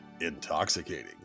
intoxicating